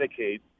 Medicaid